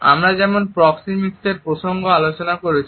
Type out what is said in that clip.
আমরা যেমন প্রক্সিমিক্সের প্রসঙ্গে আলোচনা করেছি